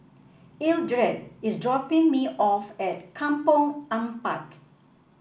Eldred is dropping me off at Kampong Ampat